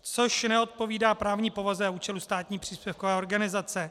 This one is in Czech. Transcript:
což neodpovídá právní povaze a účelu státní příspěvkové organizace.